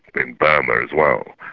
in burma as well,